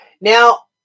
Now